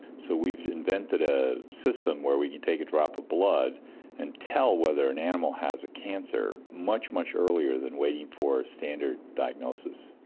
so we've invented a system where we take a drop of blood and tell whether an animal has a cancer much, much earlier than waiting for a standard diagnosis.